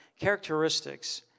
characteristics